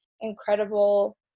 incredible